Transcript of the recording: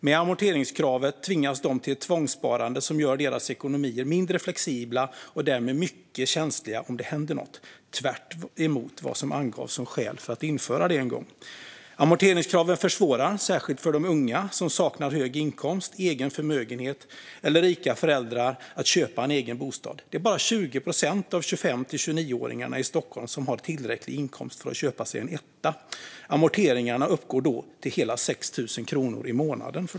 Med amorteringskravet tvingas de till ett tvångssparande som gör deras ekonomier mindre flexibla och därmed mycket känsliga om det händer något - tvärtemot vad som angavs som skäl för att införa det. Amorteringskraven försvårar att köpa en egen bostad, särskilt för de unga som saknar hög inkomst, egen förmögenhet eller rika föräldrar. Det är bara 20 procent av 25-29-åringarna i Stockholm som har tillräcklig inkomst för att köpa sig en etta. Amorteringarna uppgår då till hela 6 000 kronor i månaden.